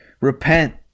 repent